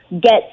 get